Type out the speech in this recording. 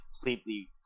completely